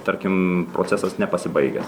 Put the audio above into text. tarkim procesas nepasibaigęs